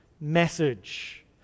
message